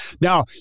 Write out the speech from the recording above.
now